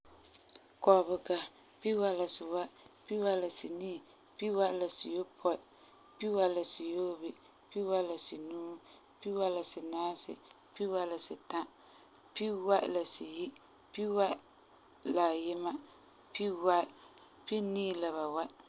Kɔbega, piwai la si wai, piwai la si nii, piwai la si yopɔi, piwai la siyoobi, piwai la sinuu, piwai la sinaasi, piwai la sitã, piwai la siyi, piwai la ayima, piwai, pinii la ba wai.